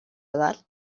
edat